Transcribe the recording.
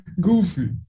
Goofy